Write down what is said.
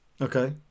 Okay